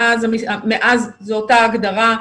מאז זו אותה הגדרה.